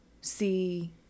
see